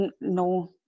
no